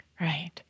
Right